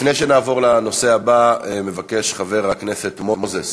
לפני שנעבור לנושא הבא, חבר הכנסת מוזס